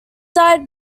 died